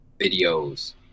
videos